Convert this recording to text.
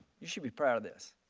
you should be proud of this.